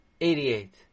eighty-eight